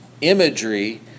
imagery